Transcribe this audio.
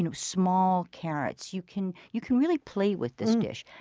you know small carrots. you can you can really play with this dish.